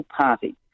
party